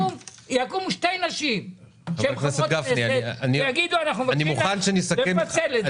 שיקומו שתי נשים שהן חברות כנסת ויאמרו שמוכנות לפצל את זה.